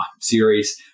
series